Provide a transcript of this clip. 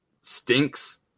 stinks